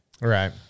Right